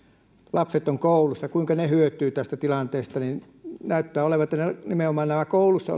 lapset ovat koulussa hyötyvät tästä tilanteesta näyttää olevan niin että nimenomaan nämä koulussa